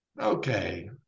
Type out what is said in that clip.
Okay